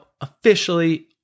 officially